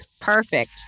Perfect